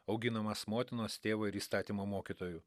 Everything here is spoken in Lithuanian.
auginamas motinos tėvo ir įstatymo mokytojų